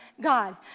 god